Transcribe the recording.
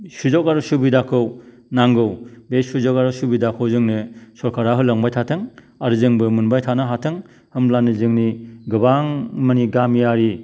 सुजुग आरो सुबिदाखौ नांगौ बे सुजुग आरो सुबिदाखौ जोंनो सरकारा होलांबाय थाथों आरो जोंबो मोनबाय थानो हाथों होमब्लानो जोंनि गोबां माने गामियारि